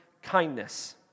kindness